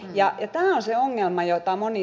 ja että han se ongelma jota moni